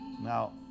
Now